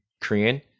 Korean